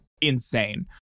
insane